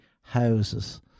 houses